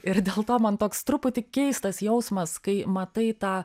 ir dėl to man toks truputį keistas jausmas kai matai tą